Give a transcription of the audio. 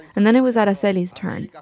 and then it was araceli's turn.